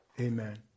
Amen